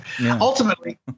Ultimately